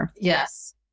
Yes